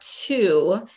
two